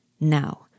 Now